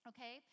Okay